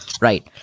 Right